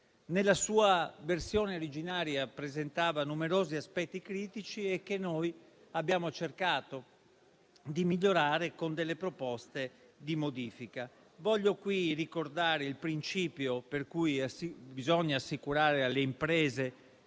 nella sua versione originaria presentava numerosi aspetti critici e noi abbiamo cercato di migliorarlo con delle proposte di modifica. Voglio qui ricordare il principio per cui bisogna assicurare alle imprese